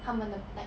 他们的 like